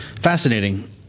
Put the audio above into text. Fascinating